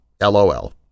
LOL